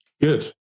Good